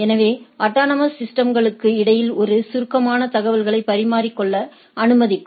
எனவே அட்டானமஸ் சிஸ்டம்களுக்கு இடையில் ஒரு சுருக்கமான தகவலைப் பரிமாறிக் கொள்ள அனுமதிக்கும்